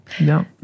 No